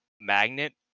magnet